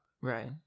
Right